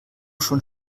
schon